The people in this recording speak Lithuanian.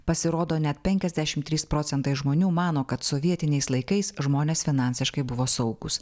pasirodo net penkiasdešimt trys procentai žmonių mano kad sovietiniais laikais žmonės finansiškai buvo saugūs